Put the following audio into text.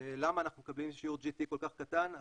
למה אנחנו מקבלים שיעור GT כל כך קטן,